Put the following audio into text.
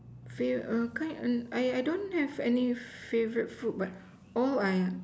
fav all kind and I I don't have any favourite food but all I